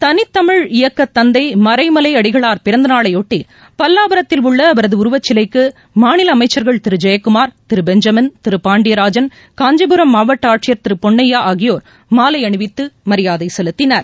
தனித்தமிழ் இயக்கத்தந்தை மறைமலை அடிகளார் பிறந்தநாளையொட்டி பல்லாவரத்தில் உள்ள அவரது உருவச்சிலைக்கு மாநில அமைச்சர்கள் திரு ஜெயக்குமார் திரு பெஞ்சமின் திரு பாண்டியராஜன் காஞ்சிபுரம் மாவட்ட ஆட்சியர் திரு பொன்னையா ஆகியோர் மாலை அணிவித்து மரியாதை செலுத்தினர்